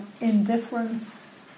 indifference